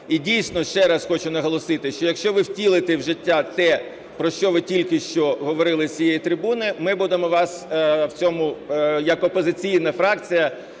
І дійсно ще раз хочу наголосити, що якщо ви втілите в життя те, про що ви тільки що говорили з цієї трибуни, ми будемо вас в цьому як опозиційна фракція